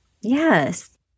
yes